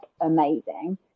amazing